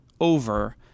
over